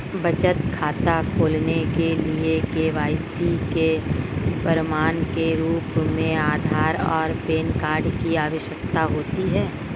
बचत खाता खोलने के लिए के.वाई.सी के प्रमाण के रूप में आधार और पैन कार्ड की आवश्यकता होती है